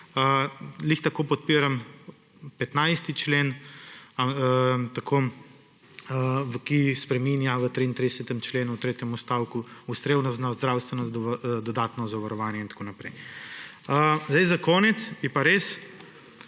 tako podpiram 15. člen, ki spreminja v 33. členu, v tretjem odstavku, ustrezno zdravstveno dodatno zavarovanje in tako naprej. Za konec bi pa res,